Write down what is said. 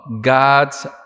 God's